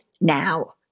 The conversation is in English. now